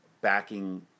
backing